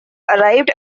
arrived